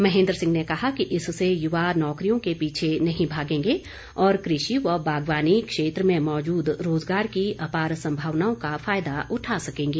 महेंद्र सिंह ने कहा कि इससे युवा नौकरियों के पीछे नहीं भागेंगे और कृषि व बागवानी क्षेत्र में मौजूद रोजगार की अपार संभावनाओं का फायदा उठा सकेंगे